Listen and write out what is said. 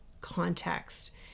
context